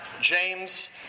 James